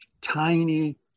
tiny